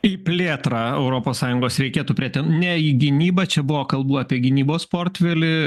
į plėtrą europos sąjungos reikėtų preten ne į gynybą čia buvo kalbų apie gynybos portfelį